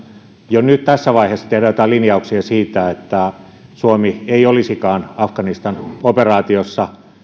jo nyt tässä vaiheessa tehdä joitain linjauksia siitä että suomi ei olisikaan afganistan operaatiossa